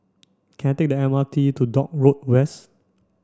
can I take the M R T to Dock Road West